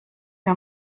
mir